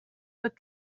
but